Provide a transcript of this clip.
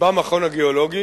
במכון הגיאולוגי,